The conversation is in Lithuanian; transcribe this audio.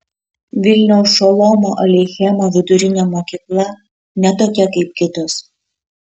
vilniaus šolomo aleichemo vidurinė mokykla ne tokia kaip kitos